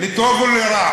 לטוב או לרע?